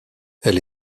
elle